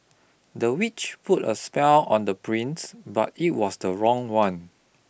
the witch put a spell on the prince but it was the wrong one